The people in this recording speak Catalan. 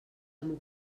amb